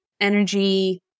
energy